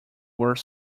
were